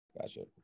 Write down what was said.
Gotcha